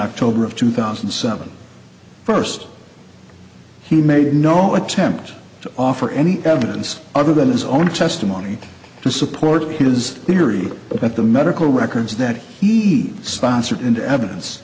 october of two thousand and seven first he made no attempt to offer any evidence other than his own testimony to support his theory that the medical records that he sponsored into evidence